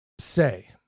say